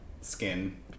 skin